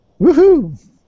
Woohoo